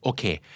Okay